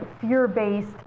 fear-based